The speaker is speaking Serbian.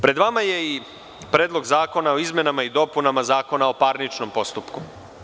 Pred vama je i Predlog zakona o izmenama i dopunama Zakona o parničnom postupku.